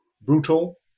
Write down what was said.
brutal